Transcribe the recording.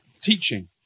Teaching